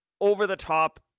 over-the-top